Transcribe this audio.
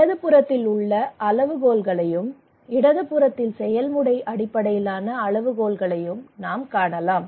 வலது புறத்தில் உள்ள அளவுகோல்களையும் இடது புறத்தில் செயல்முறை அடிப்படையிலான அளவுகோல்களையும் நாம் காணலாம்